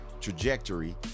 trajectory